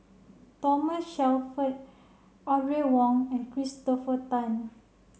Thomas Shelford Audrey Wong and Christopher Tan